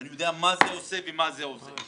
אני יודע מה זה עושה ומה זה עושה.